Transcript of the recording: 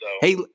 Hey